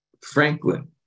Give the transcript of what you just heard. Franklin